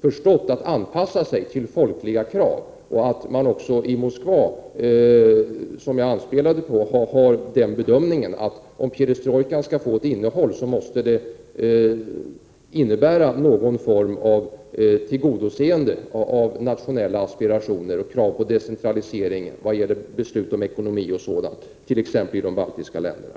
förstått att anpassa sig till folkliga krav, och att man också i Moskva — som jag RR RE tidigare anspelade på — har gjort den bedömningen, att om perestrojkan skall mn gt republikerna få ett innehåll, måste det innebära att man i någon form tillgodoser nationella aspirationer och krav på decentralisering i fråga om beslut om ekonomi o.d., exempelvis i de baltiska länderna.